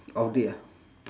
off day ah